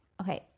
okay